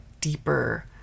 deeper